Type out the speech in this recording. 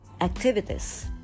activities